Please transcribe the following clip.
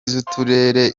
z’uturere